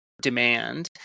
demand